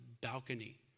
balcony